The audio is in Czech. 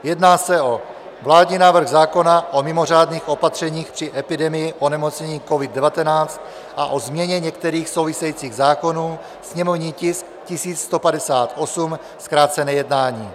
Jedná se o vládní návrh zákona o mimořádných opatřeních při epidemii onemocnění COVID19 a o změně některých souvisejících zákonů, sněmovní tisk 1158, zkrácené jednání;